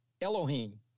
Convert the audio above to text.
Elohim